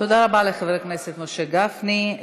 תודה רבה לחבר הכנסת משה גפני.